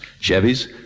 Chevys